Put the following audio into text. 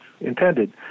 intended